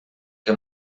que